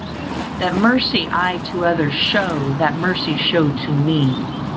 that mercy i to others show, that mercy show to me.